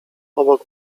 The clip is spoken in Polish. obok